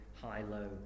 high-low